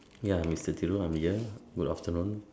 ya mister Thiru I'm here good afternoon